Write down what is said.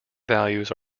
values